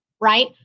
right